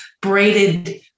braided